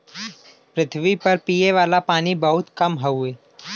पृथवी पर पिए वाला पानी बहुत कम हउवे